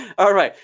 all right,